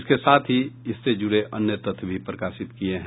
इसके साथ ही इससे जुड़े अन्य तथ्य भी प्रकाशित किये हैं